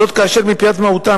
וזאת כאשר מפאת מהותן,